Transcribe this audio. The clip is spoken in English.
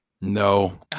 No